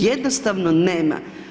Jednostavno nema.